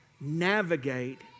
navigate